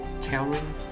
telling